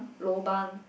lobang